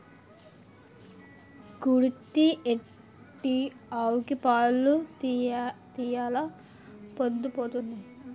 కుడితి ఎట్టు ఆవుకి పాలు తీయెలా పొద్దు పోతంది